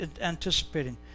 anticipating